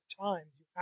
times